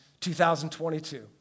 2022